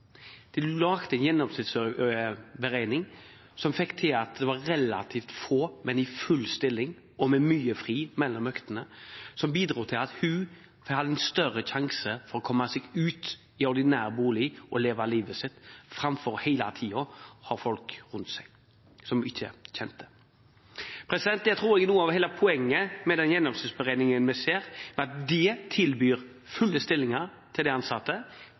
en gjennomsnittsberegning, som førte til at det var relativt få ansatte, men i full stilling og med mye fri mellom øktene, noe som bidro til at jenta hadde større sjanse for å komme seg ut i ordinær bolig og leve livet sitt, framfor hele tiden å ha folk rundt seg som hun ikke kjente. Jeg tror hele poenget med den gjennomsnittsberegningen vi ser, er at det fører til fulle stillinger til de ansatte,